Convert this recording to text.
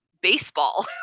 baseball